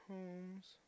Homes